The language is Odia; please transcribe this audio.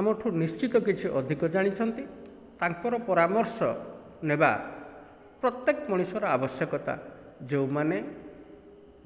ଆମଠୁ ନିଶ୍ଚିତ କିଛି ଅଧିକ ଜାଣିଛନ୍ତି ତାଙ୍କର ପରାମର୍ଶ ନେବା ପ୍ରତ୍ୟେକ ମଣିଷର ଆବଶ୍ୟକତା ଯେଉଁମାନେ